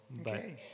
Okay